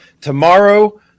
tomorrow